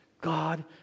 God